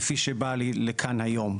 כפי שבאה לכאן היום.